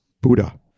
Buddha